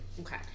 Okay